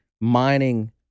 mining